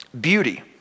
Beauty